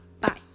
bye